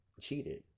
cheated